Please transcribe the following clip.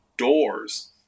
doors